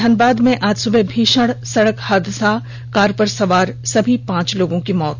धनबाद में आज सुबह भीषण सड़क हादसा कार पर सवार सभी पांच लोगों की मौत